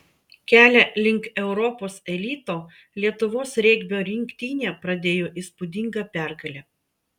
kelią link europos elito lietuvos regbio rinktinė pradėjo įspūdinga pergale